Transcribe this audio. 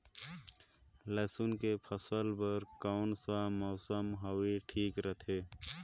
लसुन के फसल बार कोन सा मौसम हवे ठीक रथे?